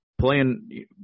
playing